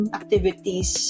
activities